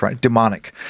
demonic